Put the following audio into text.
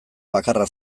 bakarra